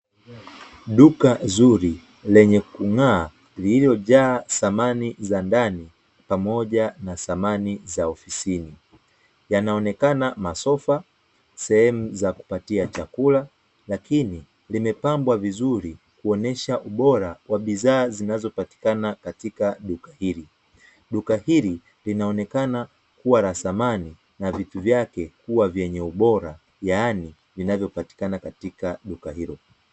Duka zuri lenye kung'aa lililojaa samani za ndani pamoja na samani za ofisin. Yanaonekana masofa, sehemu za kupatia chakula; lakini limepambwa vizuri kuonyesha ubora wa bidhaa zinazopatikana katika duka hili. Duka hili linaonekana kuwa la thamani na vitu vyake kuwa vyenye ubora yaani vinavyopatikana katika duka hilo.